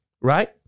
right